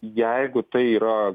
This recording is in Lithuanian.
jeigu tai yra